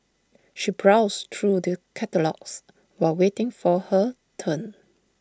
she browsed through the catalogues while waiting for her turn